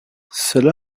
cela